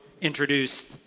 introduced